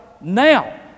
now